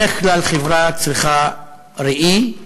בדרך כלל חברה צריכה ראי.